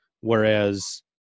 Whereas